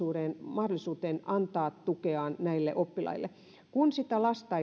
mahdollisuuteen antaa tukeaan näille oppilaille kun sitä lasta